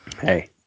Hey